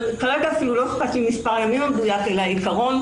כרגע אפילו לא אכפת לי מספר הימים המדויק אלא העיקרון,